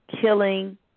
killing